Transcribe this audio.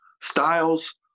styles